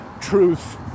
truth